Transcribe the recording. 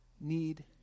need